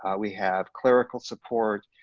we have clerical support,